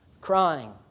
crying